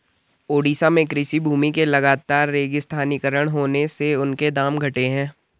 ओडिशा में कृषि भूमि के लगातर रेगिस्तानीकरण होने से उनके दाम घटे हैं